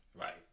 Right